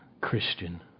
Christian